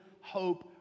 hope